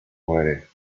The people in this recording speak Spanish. muere